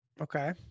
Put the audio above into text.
okay